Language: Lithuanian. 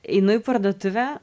einu į parduotuvę